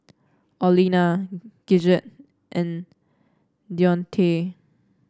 Olena Gidget and Deontae